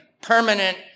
permanent